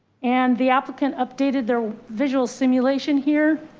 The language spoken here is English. and the applicant updated their visual simulation here